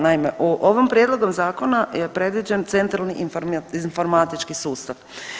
Naime, ovim prijedlogom zakona je predviđen centralni informatički sustav.